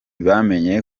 bamenye